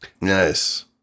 Nice